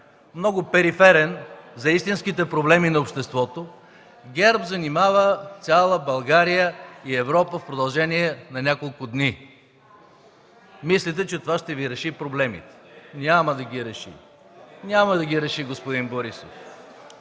много периферен за истинските проблеми на обществото, ГЕРБ занимава цяла България и Европа в продължение на няколко дни. Мислите, че това ще Ви реши проблемите. Няма да ги реши. БОЙКО БОРИСОВ (ГЕРБ, от